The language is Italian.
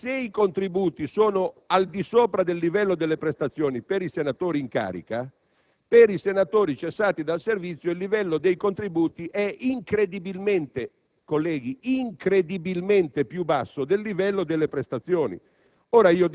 Se i contributi sono al di sopra del livello della prestazioni per i senatori in carica, per i senatori cessati dal servizio il livello dei contributi è incredibilmente più basso del livello delle prestazioni.